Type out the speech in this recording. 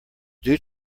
due